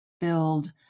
build